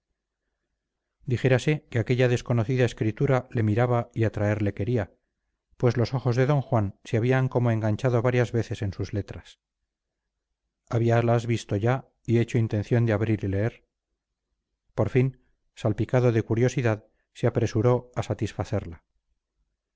dijérase que aquella desconocida escritura le miraba y atraerle quería pues los ojos de d juan se habían como enganchado varias veces en sus letras habíalas visto ya y hecho intención de abrir y leer por fin salpicado de curiosidad se apresuró a satisfacerla